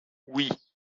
oui